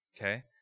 Okay